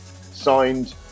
signed